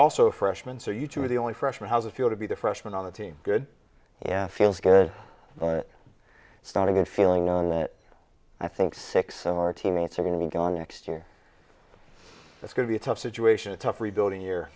also a freshman so you two are the only freshman how's it feel to be the freshman on the team good yeah feels good it's not a good feeling on that i think six of our team are also all gone next year it's going to be a tough situation a tough rebuilding year